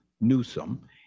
Newsom